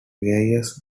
various